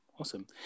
Awesome